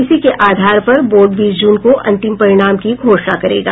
इसी के आधार पर बोर्ड बीस जून को अंतिम परिणाम की घोषणा करेगा